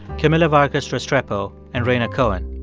camila vargas restrepo and rhaina cohen.